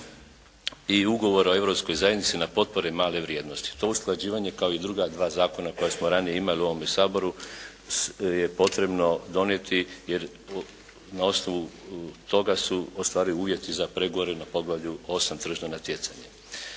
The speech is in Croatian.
i Ugovora o Europskoj zajednici na potpore "male vrijednosti". To usklađivanje kao i druga dva zakona koja smo ranije imali u ovome Saboru je potrebno donijeti jer na osnovu toga se ostvaruju uvjeti za pregovore na poglavlju 8. Tržišno natjecanje.